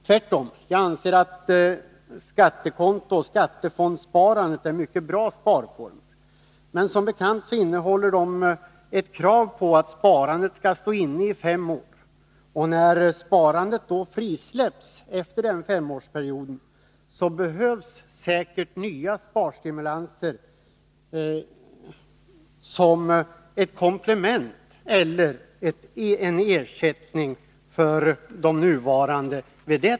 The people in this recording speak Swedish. Tvärtom, jag anser att skattesparkonto och skattefondssparande är mycket bra sparformer, men som bekant innehåller de ett krav på att sparandet skall stå inne i fem år, och när sparandet frisläpps efter den femårsperioden behövs säkert nya sparformer som komplement till eller ersättning för de nuvarande.